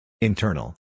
Internal